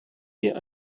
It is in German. bitte